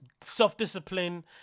self-discipline